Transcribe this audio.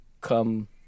come